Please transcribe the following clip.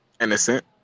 innocent